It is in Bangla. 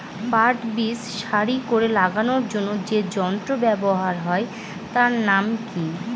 পাট বীজ সারি করে লাগানোর জন্য যে যন্ত্র ব্যবহার হয় তার নাম কি?